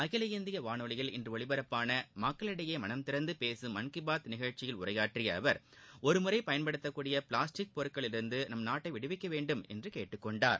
அகில இந்திய வானொலியில் இன்று ஒலிபரப்பான மக்களிடையே மனம் திறந்து பேசும் மன் கி பாத் நிகழ்ச்சியில் உரையாற்றிய அவர் ஒரு முறை பயன்படுத்தக்கூடிய பிளாஸ்டிக் பொருட்களிலிருந்து நம் நாட்டை விடுவிக்க வேண்டும் என்று கேட்டுக்கொண்டார்